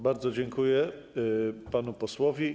Bardzo dziękuję panu posłowi.